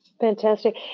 Fantastic